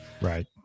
Right